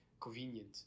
convenient